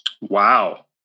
Wow